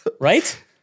right